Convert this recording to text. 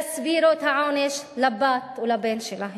יסבירו את העונש לבת או לבן שלהם?